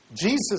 Jesus